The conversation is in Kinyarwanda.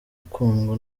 ukundwa